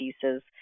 pieces